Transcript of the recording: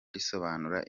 risobanura